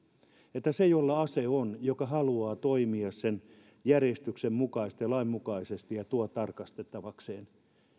että se jolla ase on ja joka haluaa toimia sen järjestyksen mukaisesti lain mukaisesti ja tuo tarkastettavaksi